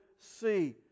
see